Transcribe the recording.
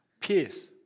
peace